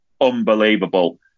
Unbelievable